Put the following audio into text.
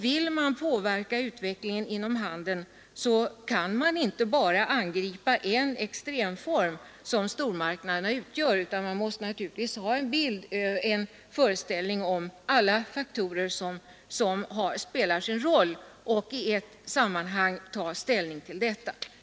Vill man påverka utvecklingen inom handeln, kan man inte bara angripa en extremform, som stormarknaderna utgör, utan man måste ha en föreställning om alla faktorer som spelar en roll och ta ställning till dem i ett sammanhang.